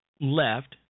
left